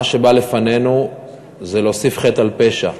מה שבא לפנינו זה להוסיף חטא על פשע,